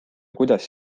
kuidas